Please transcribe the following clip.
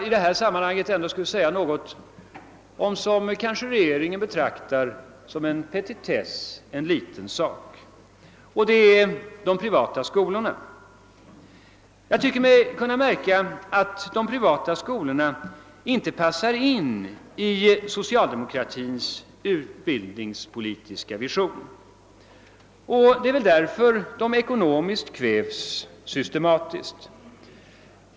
I detta sammanhang vill jag också säga något om vad regeringen kanske betraktar som en petitess — de privata skolorna. Jag tycker mig kunna märka att de privata skolorna inte passar in i socialdemokratins utbildningspolitiska vision, och det är väl därför som de systematiskt kvävs ekonomiskt.